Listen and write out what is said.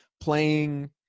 playing